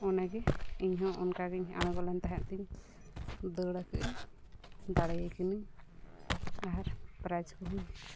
ᱚᱱᱟᱜᱮ ᱤᱧᱦᱚᱸ ᱚᱱᱠᱟᱜᱤᱧ ᱟᱬᱜᱚᱞᱮᱱ ᱛᱟᱦᱮᱫ ᱛᱤᱧ ᱫᱟᱹᱲ ᱠᱟᱜ ᱟᱹᱧ ᱫᱟᱲᱮᱭ ᱠᱟᱹᱱᱟᱹᱧ ᱟᱨ ᱯᱨᱟᱭᱤᱡᱽ ᱠᱚᱦᱚᱸᱧ